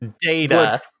data